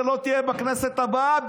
אתה לא תהיה בכנסת הבאה,